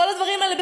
כל הדברים האלה,